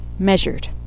measured